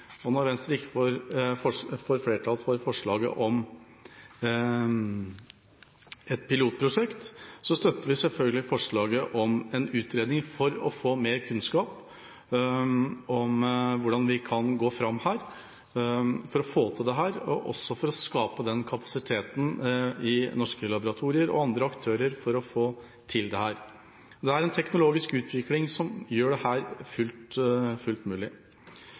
utredning. Når Venstre ikke får flertall for forslaget om et pilotprosjekt, stemmer vi selvfølgelig for forslaget om en utredning for å få mer kunnskap om hvordan vi kan gå fram her for å få til dette, og også for å skape kapasitet i norske laboratorier og andre aktører for å få til dette. Den teknologiske utviklingen gjør dette fullt mulig. Så det er en